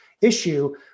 issue